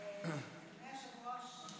אדוני היושב-ראש,